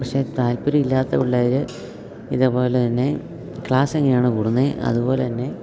പക്ഷേ താല്പര്യം ഇല്ലാത്ത പിള്ളേർ ഇതേപോലെ തന്നെ ക്ലാസ്സ് എങ്ങനെയാണോ കൂടുന്നത് അതുപോലെതന്നെ